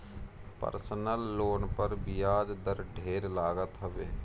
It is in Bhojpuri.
पर्सनल लोन पर बियाज दर ढेर लागत हवे